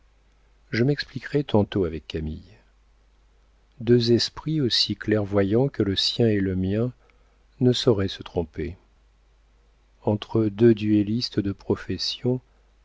je m'expliquerai tantôt avec camille deux esprits aussi clairvoyants que le sien et le mien ne sauraient se tromper entre deux duellistes de profession